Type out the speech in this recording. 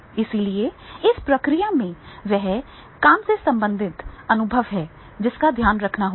इसलिए इस प्रक्रिया में वह काम से संबंधित अनुभव है जिसका ध्यान रखना होगा